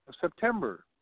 September